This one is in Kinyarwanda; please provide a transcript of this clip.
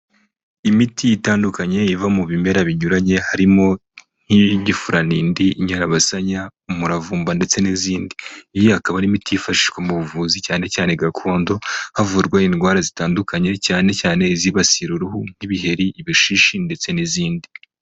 Imiti itandukanye, iva mu bimera binyuranye, harimo nk'igifuranindi, inyarabasanya, umuravumba ndetse n'izindi, iyi akaba ari imiti yifashishwa mu buvuzi, cyane cyane gakondo, havurwa indwara zitandukanye, cyane cyane izibasira uruhu, nk'ibiheri ibishishi ndetse n'izindi.